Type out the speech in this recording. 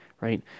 right